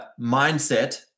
mindset